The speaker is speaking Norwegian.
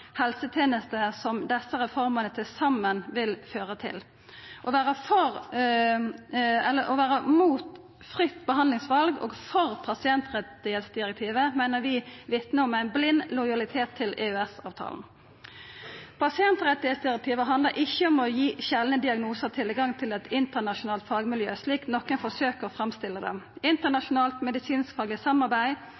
helsetenester som desse reformene til saman vil føra til. Å vera mot fritt behandlingsval og for pasientrettsdirektivet meiner vi vitnar om ein blind lojalitet til EØS-avtalen. Pasientrettsdirektivet handlar ikkje om å gi sjeldne diagnosar tilgang til eit internasjonalt fagmiljø, slik nokre forsøkjer å framstilla det.